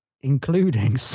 including